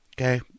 Okay